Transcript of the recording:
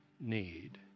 need